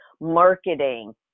marketing